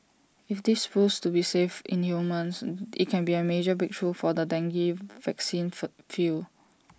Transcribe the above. if this proves to be safe in humans IT can be A major breakthrough for the dengue vaccine field